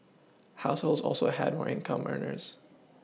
households also had more income earners